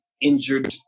injured